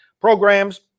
programs